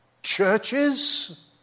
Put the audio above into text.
Churches